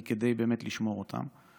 כדי לשמור אותם באמת.